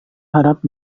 harap